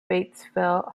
batesville